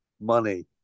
money